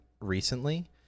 recently